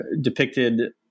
depicted